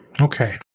okay